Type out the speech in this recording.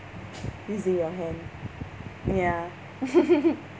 using your hand ya